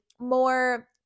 more